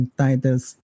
titles